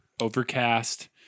Overcast